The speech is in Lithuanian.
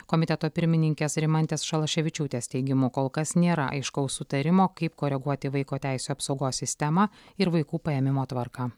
komiteto pirmininkės rimantės šalaševičiūtės teigimu kol kas nėra aiškaus sutarimo kaip koreguoti vaiko teisių apsaugos sistemą ir vaikų paėmimo tvarką